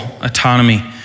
autonomy